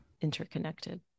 interconnected